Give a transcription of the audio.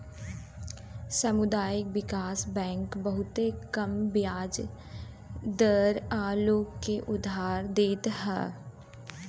सामुदायिक विकास बैंक बहुते कम बियाज दर पअ लोग के उधार देत हअ